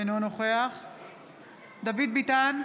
אינו נוכח דוד ביטן,